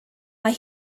mae